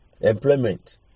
employment